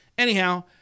Anyhow